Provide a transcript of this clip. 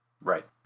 Right